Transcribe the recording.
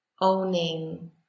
owning